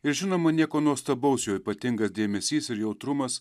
ir žinoma nieko nuostabaus jo ypatingas dėmesys ir jautrumas